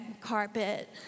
carpet